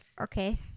okay